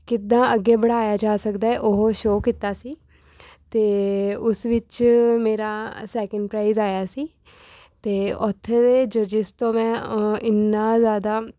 ਕਿੱਦਾਂ ਅੱਗੇ ਬੜਾਇਆ ਜਾ ਸਕਦਾ ਹੈ ਉਹ ਸ਼ੋਅ ਕੀਤਾ ਸੀ ਅਤੇ ਉਸ ਵਿੱਚ ਮੇਰਾ ਸੈਕਿੰਡ ਪ੍ਰਾਈਜ਼ ਆਇਆ ਸੀ ਅਤੇ ਉੱਥੇ ਦੇ ਜੱਜਿਸ ਤੋਂ ਮੈਂ ਇੰਨਾਂ ਜ਼ਿਆਦਾ